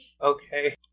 Okay